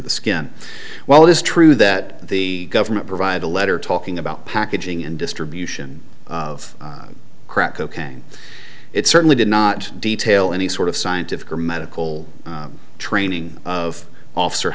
the skin while it is true that the government provided a letter talking about packaging and distribution of crack cocaine it certainly did not detail any sort of scientific or medical training of officer